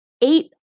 eight